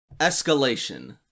Escalation